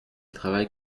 travaille